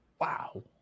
Wow